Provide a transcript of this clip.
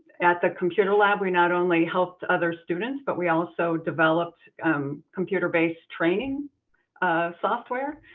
at the computer lab we not only helped other students, but we also developed um computer-based training software.